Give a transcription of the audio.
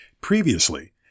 Previously